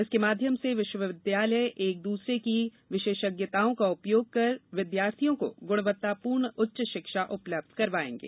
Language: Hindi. इसके माध्यम से विश्वविद्यालय एक द्रसरे की विशेषज्ञताओं का उपयोग कर विद्यार्थियों को गुणवत्तापूर्ण उच्च शिक्षा उपलब्ध करवायेंगे